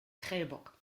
prellbock